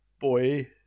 boy